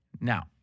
Now